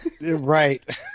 right